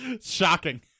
Shocking